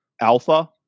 Alpha